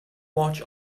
watch